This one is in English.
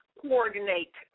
coordinate